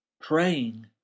praying